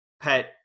Pet